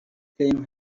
claim